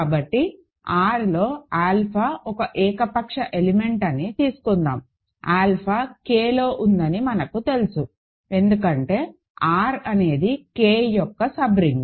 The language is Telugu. కాబట్టి R లో ఆల్ఫా ఒక ఏకపక్ష ఎలిమెంట్ అని తీసుకుందాం ఆల్ఫా K లో ఉందని మనకు తెలుసు ఎందుకంటే R అనేది K యొక్క సబ్రింగ్